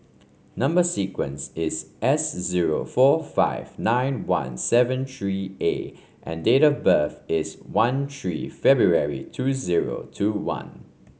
number sequence is S zero four five nine one seven three A and date of birth is one three February two zero two one